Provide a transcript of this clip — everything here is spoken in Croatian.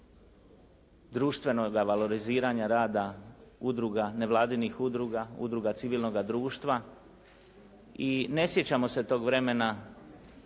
društvenoga valoriziranja rada udruga, nevladinih udruga, udruga civilnoga društva i ne sjećamo se tog vremena